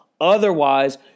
Otherwise